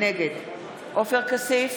נגד עופר כסיף,